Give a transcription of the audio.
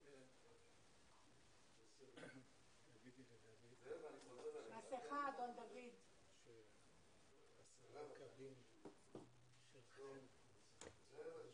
12:36.